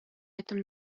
этом